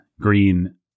green